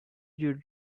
your